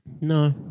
No